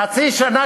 חצי שנה,